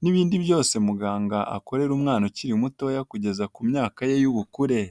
n'ibindi byose muganga akorera umwana ukiri mutoya kugeza ku myaka ye y'ubukure.